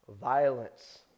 violence